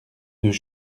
deux